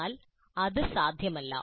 എന്നാൽ അത് അസാധ്യമല്ല